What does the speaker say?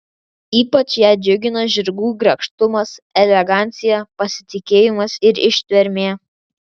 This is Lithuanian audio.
ypač ją džiugina žirgų grakštumas elegancija pasitikėjimas ir ištvermė